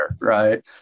right